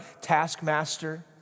taskmaster